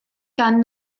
gan